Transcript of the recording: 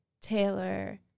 Taylor